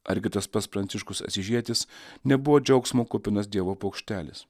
argi tas pats pranciškus asyžietis nebuvo džiaugsmo kupinas dievo paukštelis